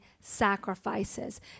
sacrifices